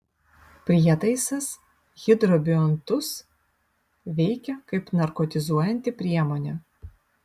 prietaisas hidrobiontus veikia kaip narkotizuojanti priemonė